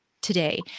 today